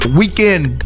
weekend